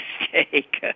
mistake